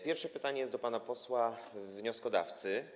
Pierwsze pytanie jest do pana posła wnioskodawcy.